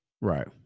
Right